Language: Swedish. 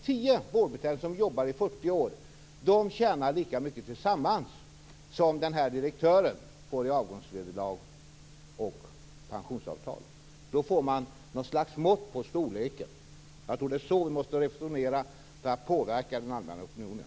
Tio vårdbiträden som jobbar i 40 år tjänar tillsammans lika mycket som den här direktören får i avgångsvederlag och pensionsavtal. Här får vi ett slags mått på storleken. Det är så vi måste resonera för att kunna påverka den allmänna opinionen.